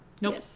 Nope